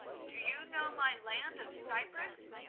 do you know my land of cyprus?